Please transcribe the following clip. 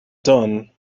done